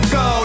go